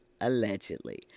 allegedly